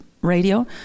radio